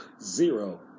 Zero